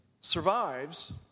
survives